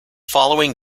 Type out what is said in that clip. following